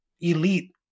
elite